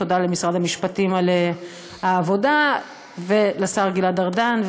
תודה למשרד המשפטים על העבודה ולשר גלעד ארדן,